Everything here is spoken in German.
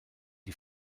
die